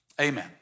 amen